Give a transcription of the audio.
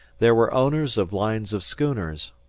there were owners of lines of schooners,